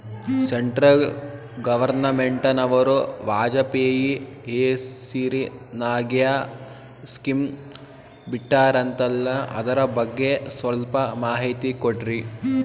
Central ಗವರ್ನಮೆಂಟನವರು ವಾಜಪೇಯಿ ಹೇಸಿರಿನಾಗ್ಯಾ scheme ಬಿಟ್ಟಾರಂತಲ್ಲ ಅದರ ಬಗ್ಗೆ ಸ್ವಲ್ಪ ಮಾಹಿತಿ ಕೊಡ್ರಿ?